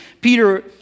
Peter